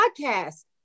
podcast